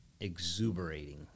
Exuberating